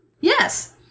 Yes